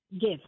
give